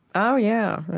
oh, yeah.